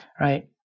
right